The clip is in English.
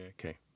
Okay